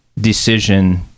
decision